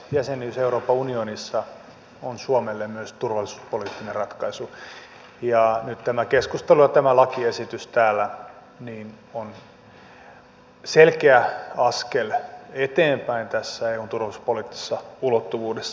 jäsenyys euroopan unionissa on suomelle myös turvallisuuspoliittinen ratkaisu ja nyt tämä keskustelu ja tämä lakiesitys täällä on selkeä askel eteenpäin eun turvallisuuspoliittisessa ulottuvuudessa